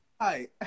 Hi